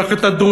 קח את הדרוזים,